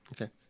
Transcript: Okay